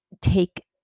take